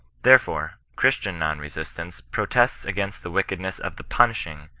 therefore, christian non-resistance protests against the wickedness of the punishing,